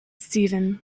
stephen